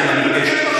אני מבקש,